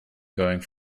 going